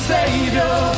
Savior